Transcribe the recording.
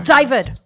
David